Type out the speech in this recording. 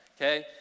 okay